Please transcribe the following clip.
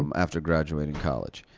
um after graduating college.